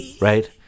right